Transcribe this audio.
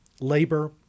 labor